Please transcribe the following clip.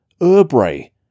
Urbray